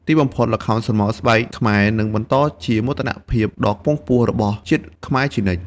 ទីបំផុត ល្ខោនស្រមោលស្បែកខ្មែរនឹងបន្តជាមោទនភាពដ៏ខ្ពង់ខ្ពស់របស់ជាតិខ្មែរជានិច្ច។